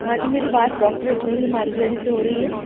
हाँ जी मेरी बात डॉक्टर स्नेहल मालविया जी से हो रही है